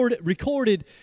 recorded